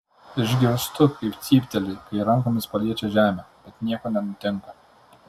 išgirstu kaip cypteli kai rankomis paliečia žemę bet nieko nenutinka